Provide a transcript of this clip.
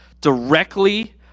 directly